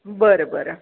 बरं बरं